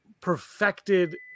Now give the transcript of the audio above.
perfected